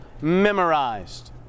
memorized